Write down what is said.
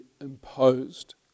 imposed